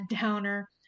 downer